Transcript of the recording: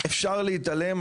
אפשר להתעלם,